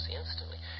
instantly